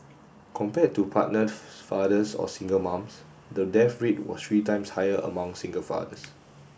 compared to partnered fathers or single moms the death rate was three times higher among single fathers